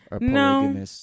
No